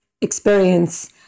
experience